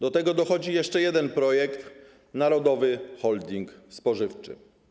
Do tego dochodzi jeszcze jeden projekt: narodowy holding spożywczy.